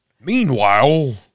Meanwhile